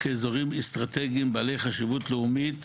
כאזורים אסטרטגיים בעלי חשיבות לאומית,